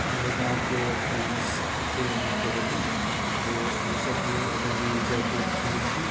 हमरा गाँवके फेमस खेल हइ कबड्डी जे हमसब भी अभी भी जाकऽ खेलै छी